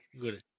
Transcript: Good